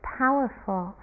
powerful